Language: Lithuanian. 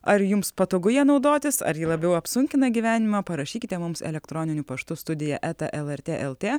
ar jums patogu ja naudotis ar ji labiau apsunkina gyvenimą parašykite mums elektroniniu paštu studija eta lrt lt